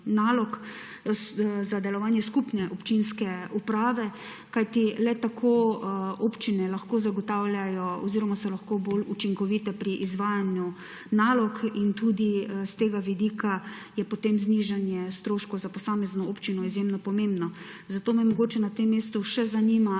za delovanje skupne občinske uprave, kajti le tako občine lahko zagotavljajo oziroma so lahko bolj učinkovite pri izvajanju nalog. Tudi s tega vidika je potem znižanje stroškov za posamezno občino izjemno pomembno. Zato me mogoče na tem mestu še zanima: